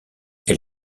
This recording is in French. elle